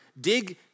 dig